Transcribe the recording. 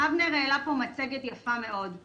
העלה פה מצגת יפה מאוד.